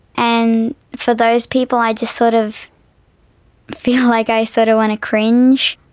and for those people i just sort of feel like i sort of want to cringe.